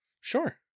Sure